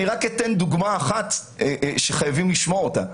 אני אתן רק דוגמה אחת שחייבים לשמוע אותה.